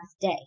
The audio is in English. day